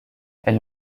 elle